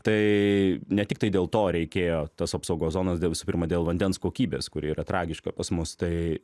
tai ne tiktai dėl to reikėjo tos apsaugos zonos dėl visų pirma dėl vandens kokybės kuri yra tragiška pas mus tai